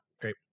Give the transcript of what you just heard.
Great